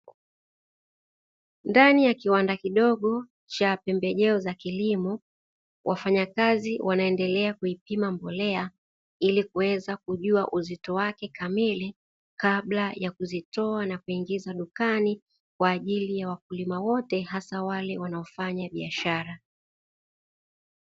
Ndani ya kiwanda kidogo cha pembejeo za kilimo, wafanyakazi wanaendelea kuipima mbolea ili kuweza kujua uzito wake kamili, kabla ya kuzitoa na kuingiza dukani kwa ajili ya wakulima wote hasa wale wanaofanya biashara.